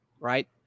right